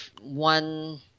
one